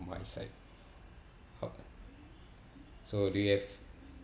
on my side so do you have